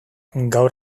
gaur